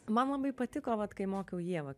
man labai patiko vat kai mokiau ievą